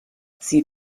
sie